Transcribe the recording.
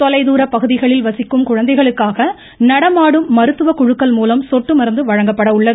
தொலைதூர் பகுதிகளில் வசிக்கும் குழந்தைகளுக்காக ஆயிரம் நடமாடும் மருத்துவக் குழுக்கள் மூலம் சொட்டு மருந்து வழங்கப்பட உள்ளது